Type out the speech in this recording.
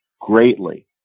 greatly